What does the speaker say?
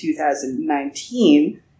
2019